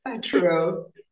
true